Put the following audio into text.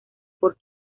por